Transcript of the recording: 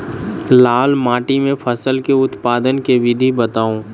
लाल माटि मे फसल केँ उत्पादन केँ विधि बताऊ?